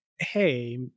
Hey